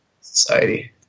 society